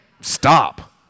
stop